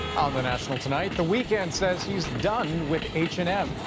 on the national tonight, the weeknd says he's done with h and m,